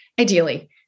Ideally